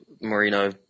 Marino